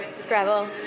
Scrabble